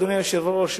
אדוני היושב-ראש,